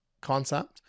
concept